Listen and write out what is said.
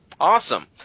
Awesome